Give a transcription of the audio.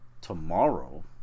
tomorrow